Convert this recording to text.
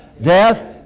death